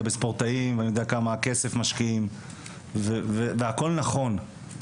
בספורטאים ואני יודע כמה כסף משקיעים והכול נכון,